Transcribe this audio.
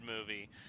movie